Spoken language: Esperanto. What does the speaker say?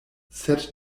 sed